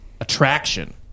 Attraction